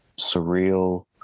surreal